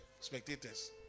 spectators